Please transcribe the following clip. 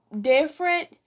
different